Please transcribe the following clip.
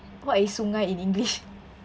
what is sungai in english